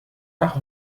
nach